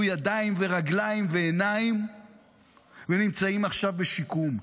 ידיים ורגליים ועיניים והם נמצאים עכשיו בשיקום.